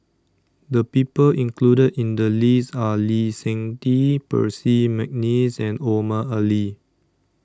The People included in The list Are Lee Seng Tee Percy Mcneice and Omar Ali